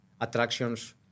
attractions